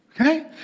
Okay